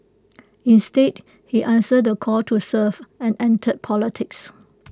instead he answered the call to serve and entered politics